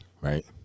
right